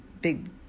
big